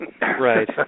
Right